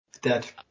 Dead